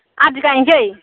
आदि गायसै